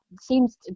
seems